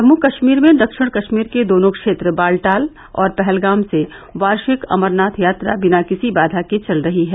जम्मू कश्मीर में दक्षिण कश्मीर के दोनों क्षेत्र बालटाल और पहलगांव से वार्षिक अमरनाथ यात्रा बिना किसी बाधा के चल रही है